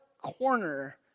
corner